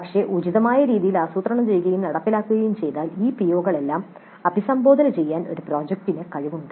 പക്ഷേ ഉചിതമായ രീതിയിൽ ആസൂത്രണം ചെയ്യുകയും നടപ്പിലാക്കുകയും ചെയ്താൽ ഈ പിഒകളെല്ലാം അഭിസംബോധന ചെയ്യാൻ ഒരു പ്രോജക്റ്റിന് കഴിവുണ്ട്